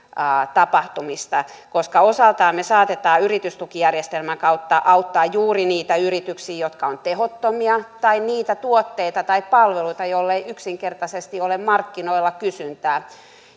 tapahtumista koska osaltaan me saatamme yritystukijärjestelmän kautta auttaa juuri niitä yrityksiä jotka ovat tehottomia tai niitä tuotteita tai palveluita joille ei yksinkertaisesti ole markkinoilla kysyntää